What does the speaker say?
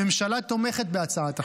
הממשלה תומכת בהצעת החוק.